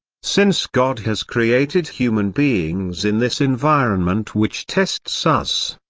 since god has created human beings in this environment which tests us,